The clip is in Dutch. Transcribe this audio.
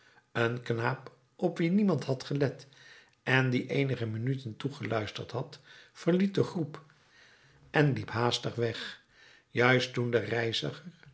een knaap op wien niemand had gelet en die eenige minuten toegeluisterd had verliet de groep en liep haastig weg juist toen de reiziger